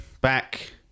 back